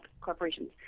corporations